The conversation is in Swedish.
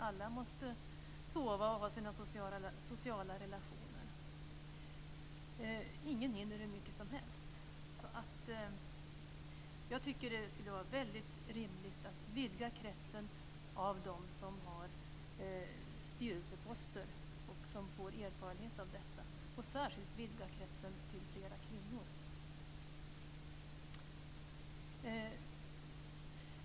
Alla måste sova och ha sina sociala relationer. Ingen hinner hur mycket som helst. Jag tycker alltså att det skulle vara rimligt att vidga kretsen av dem som har styrelseposter och som får erfarenhet av detta, och då särskilt vidga kretsen till fler kvinnor.